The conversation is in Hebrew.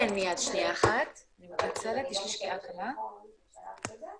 לינא, תציגי את עצמך,